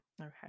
Okay